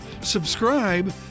Subscribe